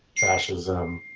fascism,